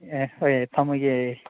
ꯑꯦ ꯍꯣꯏ ꯊꯝꯃꯒꯦ